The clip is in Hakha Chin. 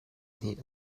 hnih